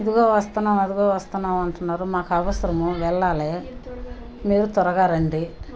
ఇదిగో వస్తున్నాం అదిగో వస్తున్నాం అంటున్నారు మాకు అవసరము వెళ్ళాలి మీరు త్వరగా రండి